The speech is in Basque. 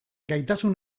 gaitasun